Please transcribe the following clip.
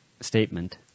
statement